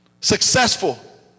successful